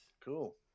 Cool